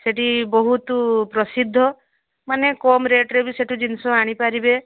ସେଇଠି ବହୁତ ପ୍ରସିଦ୍ଧ ମାନେ କମ ରେଟରେ ବି ସେଇଠି ଜିନିଷ ଆଣିପାରିବେ